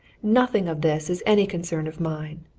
nothing of this is any concern of mine.